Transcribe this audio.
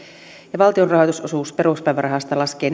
ja valtion rahoitusosuus peruspäivärahasta laskee